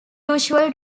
usual